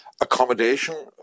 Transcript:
Accommodation